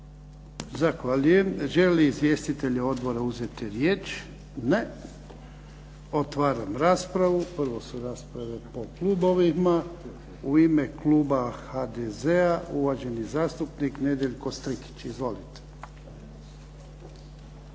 Zahvaljujem. Želi li izvjestitelj odbora uzeti riječ? Ne. Otvaram raspravu. Prvo su rasprave po klubovima. U ime kluba HDZ-a uvaženi zastupnik Nedjeljko Strikić. Izvolite.